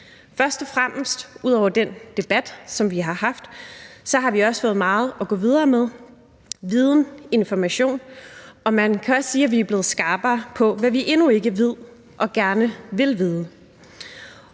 Først og fremmest, ud over den debat, som vi har haft, har vi fået meget at gå videre med, herunder viden og information, og man kan også sige, at vi er blevet skarpere på, hvad vi endnu ikke ved og gerne vil vide.